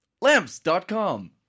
Lamps.com